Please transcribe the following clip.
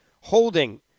holding